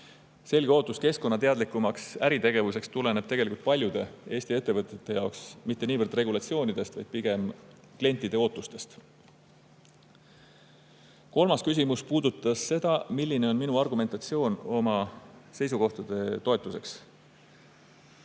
Selge ootus keskkonnateadlikumaks äritegevuseks tuleneb tegelikult paljude Eesti ettevõtete jaoks mitte niivõrd regulatsioonidest, vaid pigem klientide ootustest. Kolmas küsimus puudutas seda, milline on minu argumentatsioon oma seisukohtade toetuseks.